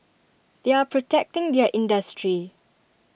they are protecting their industry